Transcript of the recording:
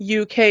UK